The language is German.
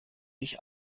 dich